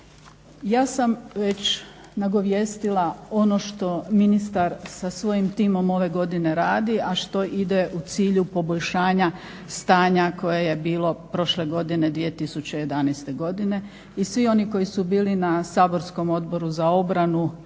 Ja sam već nagovijestila ono što ministar sa svojim timom ove godine radi, a što ide u cilju poboljšanja stanja koje je bilo prošle godine 2011. i svi oni koji su bili na saborskom Odboru za obranu